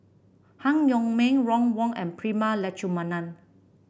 Han Yong May Ron Wong and Prema Letchumanan